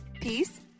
peace